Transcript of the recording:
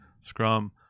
Scrum